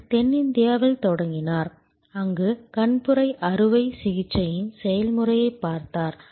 அவர் தென்னிந்தியாவில் தொடங்கினார் அங்கு கண்புரை அறுவை சிகிச்சையின் செயல்முறையைப் பார்த்தார்